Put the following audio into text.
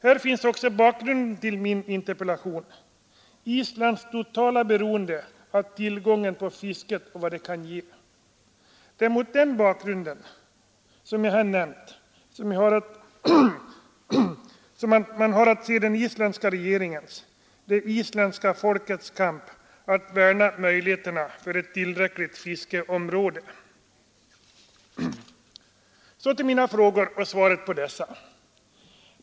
Här finns också bakgrunden till min interpellation — Islands totala beroende av tillgången på fisk och vad fisket kan ge. Det är mot den bakgrunden som man har att se den isländska regeringens, det isländska folkets kamp för att värna om möjligheterna för ett tillräckligt stort fiskeområde. Så till mina frågor och svaren på dessa.